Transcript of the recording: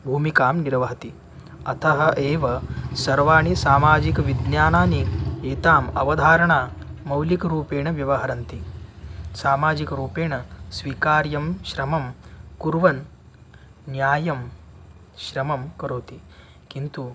भूमिकां निर्वहति अतः एव सर्वाणि सामाजिकविज्ञानानि एताम् अवधारणां मौलिकरूपेण व्यवहरन्ति सामाजिकरूपेण स्वीकार्यं श्रमं कुर्वन् न्यायं श्रमं करोति किन्तु